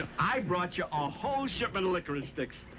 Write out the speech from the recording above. i brought you a whole shipment of licorice sticks!